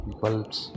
bulbs